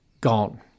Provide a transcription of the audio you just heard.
gone